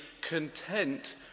content